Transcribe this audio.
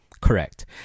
correct